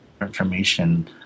information